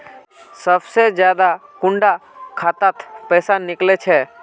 सबसे ज्यादा कुंडा खाता त पैसा निकले छे?